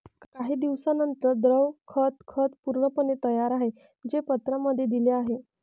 काही दिवसांनंतर, द्रव खत खत पूर्णपणे तयार आहे, जे पत्रांमध्ये दिले आहे